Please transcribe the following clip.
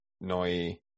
Noi